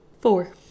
Four